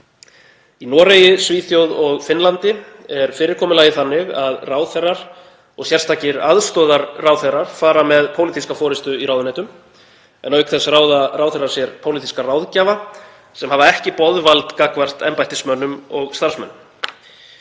Í Noregi, Svíþjóð og Finnlandi er fyrirkomulagið þannig að ráðherrar og sérstakir aðstoðarráðherrar fara með pólitíska forystu í ráðuneytum en auk þess ráða ráðherrar sér pólitíska ráðgjafa sem ekki hafa boðvald gagnvart embættismönnum og starfsmönnum.